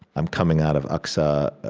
i'm coming out of aqsa.